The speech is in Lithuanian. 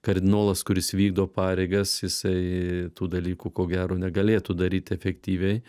kardinolas kuris vykdo pareigas jisai tų dalykų ko gero negalėtų daryt efektyviai